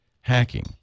hacking